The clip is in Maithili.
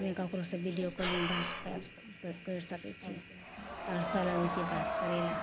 नहि ककरोसे विडिओ कॉलिन्ग बात करि सकै छिए तरसै लागै छिए बात करै ले